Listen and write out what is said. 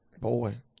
Boy